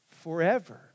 forever